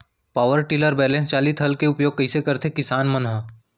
Power tiller balance चालित हल के उपयोग कइसे करथें किसान मन ह?